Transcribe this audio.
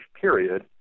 period